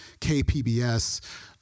KPBS